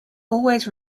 always